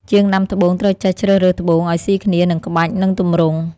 ជាងដាំត្បូងត្រូវចេះជ្រើសរើសត្បូងឲ្យស៊ីគ្នានឹងក្បាច់ និងទម្រង់។